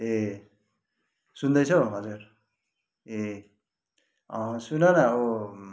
ए सुन्दैछौ हजुर ए अँ सुनन ओ